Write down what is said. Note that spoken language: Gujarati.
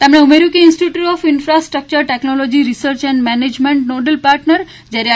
તેમણે ઉમેર્યુ હતુ institute of infrastructure technology research and management nodal partner જ્યારે આઈ